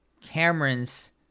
cameron's